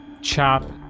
Chop